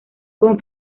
con